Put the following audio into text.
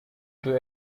two